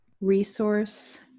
resource